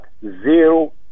zero